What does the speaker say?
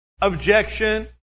objection